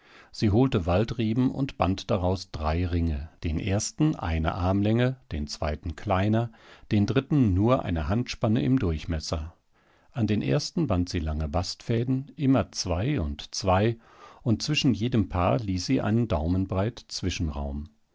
sie holte waldreben und band daraus drei ringe den ersten eine armlänge den zweiten kleiner den dritten nur eine handspanne im durchmesser an den ersten band sie lange bastfäden immer zwei und zwei und zwischen jedem paar ließ sie einen daumenbreit zwischenraum